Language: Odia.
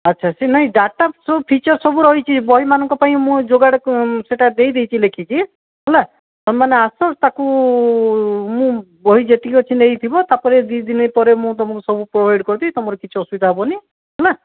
ଆଚ୍ଛା ସିଏ ନାଇଁ ଡାଟା ସବୁ ଫିଚର ସବୁ ରହିଛି ବହିମାନଙ୍କ ପାଇଁ ମୁଁ ଯୋଗାଡ଼ ସେଇଟା ସେଇଟା ଦେଇଦେଇଛି ଲେଖିକି ହେଲା ତୁମେମାନେ ଆସ ତାକୁ ମୁଁ ବହି ଯେତିକି ଅଛି ନେଇଥିବ ତା'ପରେ ଦୁଇ ଦିନ ପରେ ମୁଁ ତୁମକୁ ସବୁ ପ୍ରୋଭାଇଡ୍ କରିଦେବି ତୁମର କିଛି ଅସୁବିଧା ହେବନାହିଁ ହେଲା